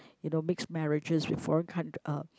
you know mix marriages with foreign coun~ uh